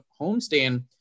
homestand